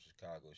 Chicago